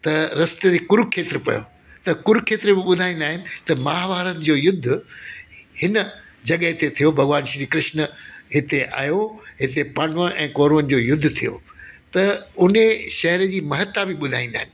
त रस्ते ते कुरूकक्षेत्र पियो त कुरूक्षेत्र में ॿुधाईंदा आहिनि त महाभारत जो युद्ध हिन जॻह ते थियो भॻवानु श्री कृष्ण हिते आयो हिते पांडवा ऐं कौरवनि जो युद्ध थियो त उन शहर जी महता बि ॿुधाईंदा आहिनि